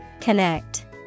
Connect